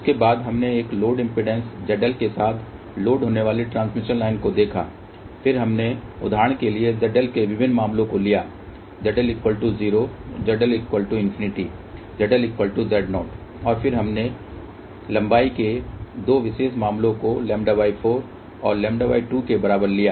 उसके बाद हमने एक लोड इम्पीडेंस ZL के साथ लोड होने वाली ट्रांसमिशन लाइन को देखा फिर हमने उदाहरण के लिए ZL के विभिन्न मामलों को लिया ZL 0 ZL ∞ ZL Z0 और फिर हमने लंबाई के 2 विशेष मामलों को λ4 और λ2 के बराबर लिया